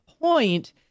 point